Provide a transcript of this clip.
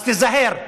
אל תתערבי, בבקשה.